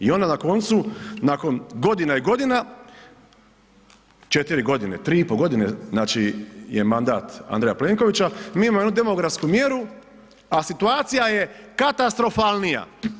I onda na koncu nakon godina i godina, 4 godine, 3,5 godine znači je mandat Andreja Plenkovića mi imamo jednu demografsku mjeru, a situacija je katastrofalnija.